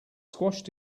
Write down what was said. squashed